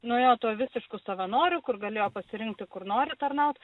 nuėjo tuo visišku savanoriu kur galėjo pasirinkti kur nori tarnaut